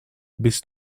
bist